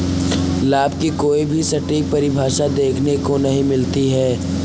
लाभ की कोई भी सटीक परिभाषा देखने को नहीं मिलती है